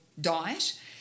diet